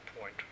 point